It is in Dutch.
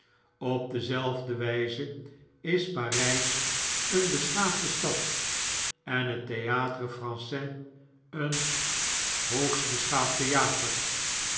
op dezelfde wgze is parp een beschaafde stad en het theatre fraais een hoogst beschaafd theater